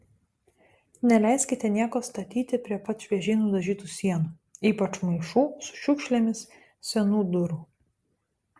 neleiskite nieko statyti prie pat šviežiai nudažytų sienų ypač maišų su šiukšlėmis senų durų